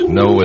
no